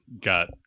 got